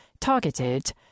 targeted